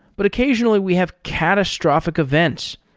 but occasionally we have catastrophic events.